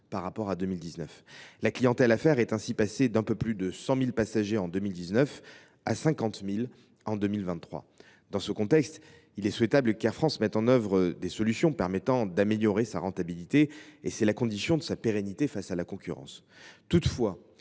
par rapport à 2019. La clientèle d’affaires est ainsi passée d’un peu plus de 100 000 passagers en 2019 à 50 000 en 2023. Dans ce contexte, il est souhaitable qu’Air France mette en œuvre des solutions permettant d’améliorer sa rentabilité ; c’est la condition de sa pérennité face à la concurrence. Toutefois,